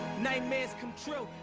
nightmares come true